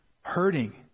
hurting